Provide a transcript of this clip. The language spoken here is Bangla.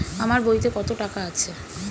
আমার বইতে কত টাকা আছে?